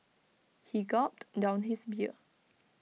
he gulped down his beer